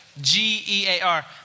G-E-A-R